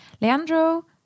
Leandro